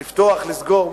לסגור.